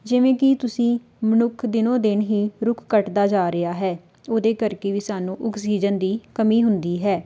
ਜਿਵੇਂ ਕਿ ਤੁਸੀਂ ਮਨੁੱਖ ਦਿਨੋ ਦਿਨ ਹੀ ਰੁੱਖ ਕੱਟਦਾ ਜਾ ਰਿਹਾ ਹੈ ਉਹਦੇ ਕਰਕੇ ਵੀ ਸਾਨੂੰ ਓਕਸੀਜਨ ਦੀ ਕਮੀ ਹੁੰਦੀ ਹੈ